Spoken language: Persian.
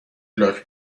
لاک